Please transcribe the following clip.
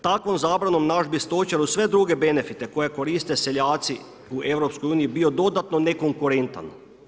Takvom zabranom naš bi stočar uz sve druge benefite koje koriste seljaci u EU bio dodatno nekonkurentan.